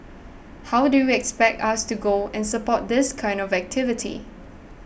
how do expect us to go and support this kind of activity